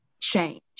change